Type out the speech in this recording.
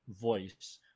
voice